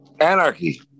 Anarchy